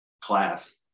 class